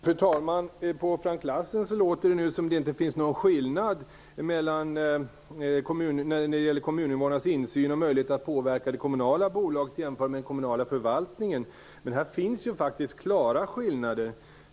Fru talman! På Frank Lassen låter det nu som om det inte finns någon skillnad mellan kommuninvånarnas insyn och möjlighet att påverka det kommunala bolaget jämfört med den lokala förvaltningen. Men här finns faktiskt klara skillnader.